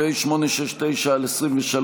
בקריאה הטרומית.